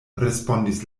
respondis